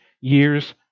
year's